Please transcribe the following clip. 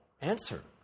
answer